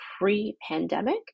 pre-pandemic